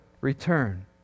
return